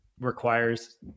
requires